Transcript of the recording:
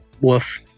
Woof